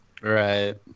Right